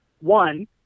One